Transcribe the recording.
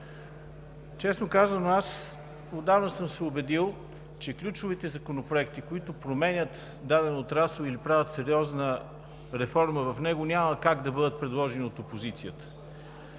Честно казано, отдавна съм се убедил, че ключовите законопроекти, които променят даден отрасъл или правят сериозна реформа в него, няма как да бъдат предложени от опозицията